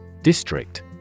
District